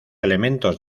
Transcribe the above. elementos